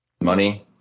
Money